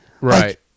Right